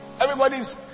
Everybody's